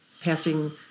passing